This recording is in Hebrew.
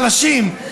חלשים,